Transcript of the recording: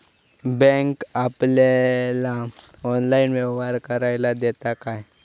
Bank आपल्याला online व्यवहार करायला देता काय?